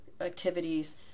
activities